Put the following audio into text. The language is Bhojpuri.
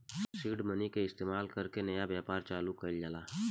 सीड मनी के इस्तमाल कर के नया व्यापार चालू कइल जाला